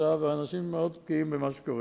של המשאיות עם החומרים המסוכנים לא תעבור באזורים